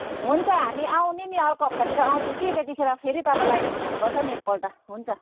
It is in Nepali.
हुन्छ हामी आउने नि अर्को हप्तातिर आउँछु कि त्यतिखेर फेरि तपाईँलाई फोन गर्छ नि एकपल्ट हुन्छ